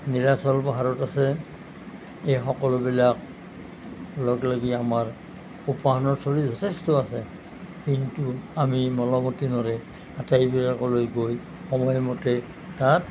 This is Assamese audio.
নীলাচল পাহাৰত আছে এই সকলোবিলাক লগ লাগি আমাৰ উপাসনাথলী যথেষ্ট আছে কিন্তু আমি আটাইবিলাকলৈ গৈ সময়মতে তাত